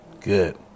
good